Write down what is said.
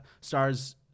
stars